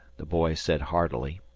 the boy said heartily.